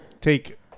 take